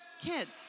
kids